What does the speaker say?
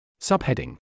Subheading